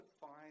find